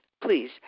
Please